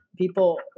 people